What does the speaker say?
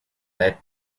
led